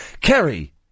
Kerry